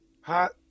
Hot